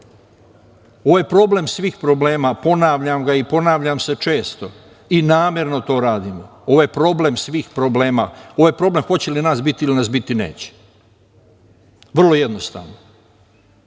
Ovo je problem svih problema, ponavljam ga i ponavljam se često i namerno to radimo. Ovo je problem svih problema. Ovo je problem hoće li nas biti ili nas biti neće. Vrlo jednostavno.